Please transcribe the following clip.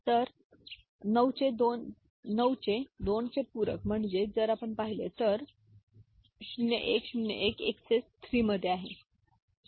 तर 9s चे 2 चे पूरक म्हणा जर आपण पाहिले तर बरोबर तर 0 1 0 1 XS 3 मध्ये आहे बरोबर